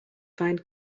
find